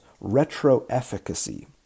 retro-efficacy